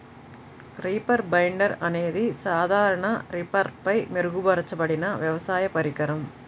reaper binder అనేది సాధారణ రీపర్పై మెరుగుపరచబడిన వ్యవసాయ పరికరం